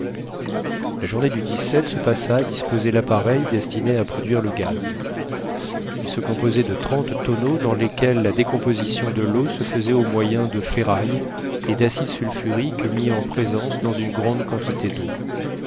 la journée du se passa à disposer l'appareil destiné à produire le gaz il se composait de trente tonneaux dans lesquels la décomposition de l'eau se faisait au moyen de ferraille et d'acide sulfurique mis en présence dans une grande quantité d'eau